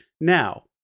Now